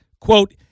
Quote